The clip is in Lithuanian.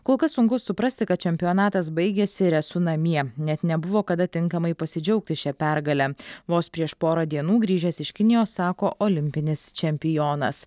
kol kas sunku suprasti kad čempionatas baigėsi ir esu namie net nebuvo kada tinkamai pasidžiaugti šia pergale vos prieš porą dienų grįžęs iš kinijos sako olimpinis čempionas